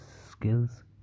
skills